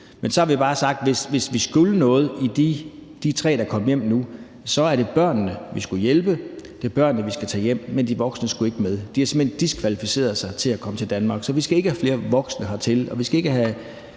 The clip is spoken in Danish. Men så har vi bare sagt, at hvis vi skulle noget i de tre tilfælde med dem, der er kommet hjem nu, var det børnene, vi skulle hjælpe. Det var børnene, vi skulle tage hjem, men de voksne skulle ikke med. De har simpelt hen diskvalificeret sig fra at komme til Danmark. Så vi skal ikke have flere voksne hertil, og vi skal ikke have